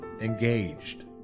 engaged